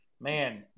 man